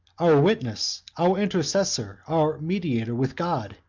our witness, our intercessor, our mediator, with god?